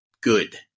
good